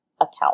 account